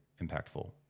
impactful